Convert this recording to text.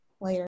later